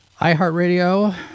iHeartRadio